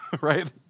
Right